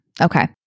Okay